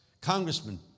Congressman